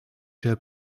jij